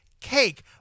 cake